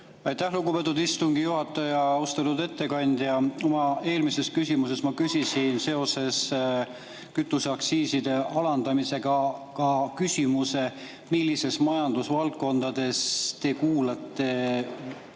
Aitäh, lugupeetud istungi juhataja! Austatud ettekandja! Oma eelmises küsimuses ma küsisin seoses kütuseaktsiiside alandamisega ka küsimuse, millistes majandusvaldkondades te kuulate lisaks